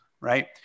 right